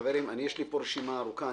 חברים, יש לי פה רשימה ארוכה.